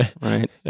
Right